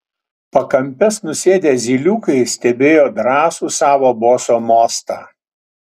pakampes nusėdę zyliukai stebėjo drąsų savo boso mostą